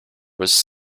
was